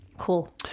Cool